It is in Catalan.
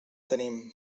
tenim